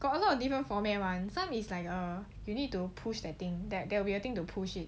got a lot of different format [one] some is like err you need to push the thing that there will be a thing to push it